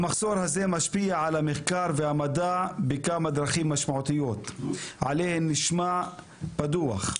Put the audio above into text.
המחסור הזה משפיע על המחקר והמדע בכמה דרכים משמעותיות עליהן נשמע בדוח.